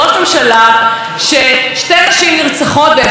שני רחובות מהבית שלי אישה נרצחת.